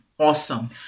Awesome